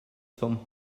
some